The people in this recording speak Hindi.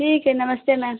ठीक है नमस्ते मैम